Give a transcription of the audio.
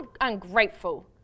ungrateful